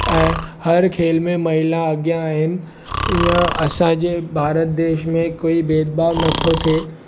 ऐं हर खेल में महिला अॻियां आहिनि ईअं असांजे भारत देश में कोई भेदभाव नथो थिए